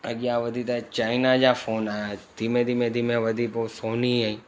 अॻियां वधी त चाइना जा फोन आया धीमे धीमे धीमे वधी पोइ सोनी आई